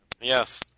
Yes